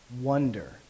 wonder